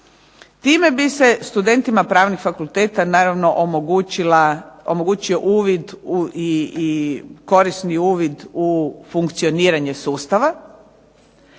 Time bi se studentima pravnih fakulteta naravno omogućio uvid i korisni uvid u funkcioniranje sustava,